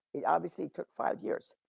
it obviously took five years.